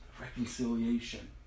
Reconciliation